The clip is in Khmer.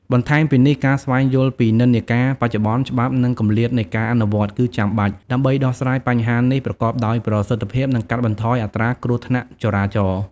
បន្ថែមពីនេះ ការស្វែងយល់ពីនិន្នាការបច្ចុប្បន្ន ច្បាប់ និងគម្លាតនៃការអនុវត្ត គឺចាំបាច់ ដើម្បីដោះស្រាយបញ្ហានេះប្រកបដោយប្រសិទ្ធភាព និងកាត់បន្ថយអត្រាគ្រោះថ្នាក់ចរាចរណ៍។